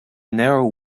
narrow